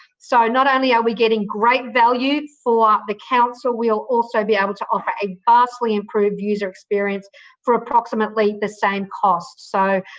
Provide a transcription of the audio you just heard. so, not only are we getting great value for the council we will also be able to offer a vastly improved user experience for approximately the same cost. so,